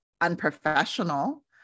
unprofessional